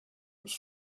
its